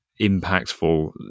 impactful